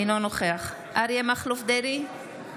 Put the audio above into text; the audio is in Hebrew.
אינו נוכח אריה מכלוף דרעי,